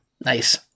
Nice